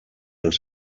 els